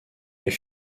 est